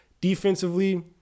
Defensively